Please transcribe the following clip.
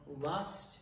lust